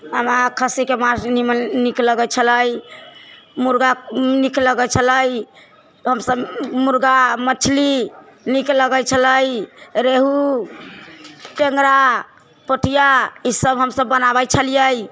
हमे खस्सीके मासु निमन नीक लगैत छलै मुर्गा नीक लगैत छलै हमसभ मुर्गा मछली नीक लगैत छलै रेहू टेङ्गरा पोठिआ ई सभ हमसभ बनाबैत छलियै